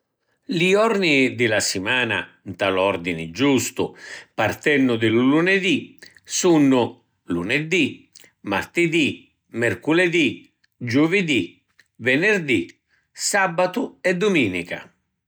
Li jorni di la simana nta l’ordini giustu partennu di lu luneddì sunnu: luneddì, martidì, merculedì, giuvidì, venerdì, sabatu e duminica.